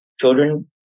children